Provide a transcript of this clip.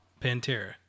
Pantera